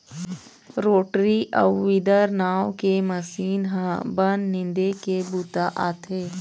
rotary अउ weeder नांव के मसीन ह बन निंदे के बूता आथे